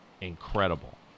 incredible